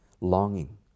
longing